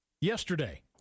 yesterday